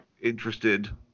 interested